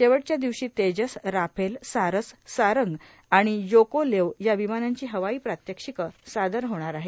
शेवटच्या दिवशी तेजस राफेल सारस सारंग आणि योकोलेव्ह या विमानांची हवाई प्रात्यक्षिकं सादर होणार आहेत